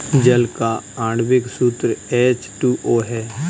जल का आण्विक सूत्र एच टू ओ है